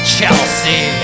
Chelsea